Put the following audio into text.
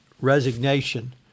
resignation